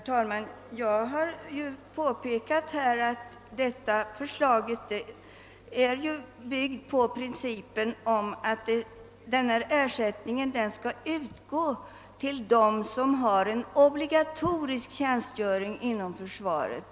Herr talman! Jag har påpekat att propositionens förslag är byggt på principen om att ersättningen skall utgå till dem som har en obligatorisk tjänstgöring inom försvaret.